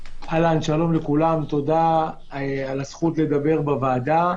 שלום לכולם, תודה על הזכות לדבר בוועדה.